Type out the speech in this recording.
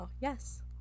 Yes